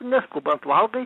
neskubant valgai